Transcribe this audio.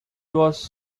was